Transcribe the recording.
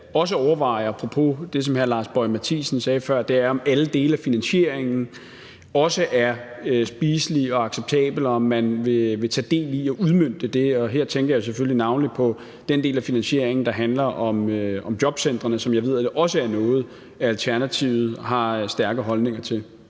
sagde før – om alle dele af finansieringen også er spiselige og acceptable, og om man vil tage del i at udmønte det. Og her tænker jeg selvfølgelig navnlig på den del af finansieringen, der handler om jobcentrene, som jeg ved også er noget, Alternativet har stærke holdninger til.